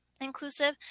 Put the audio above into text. inclusive